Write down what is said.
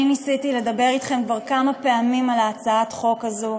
אני ניסיתי לדבר אתכם כבר כמה פעמים על הצעת החוק הזאת.